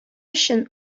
өчен